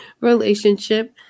relationship